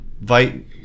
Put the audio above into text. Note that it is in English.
Vite